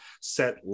set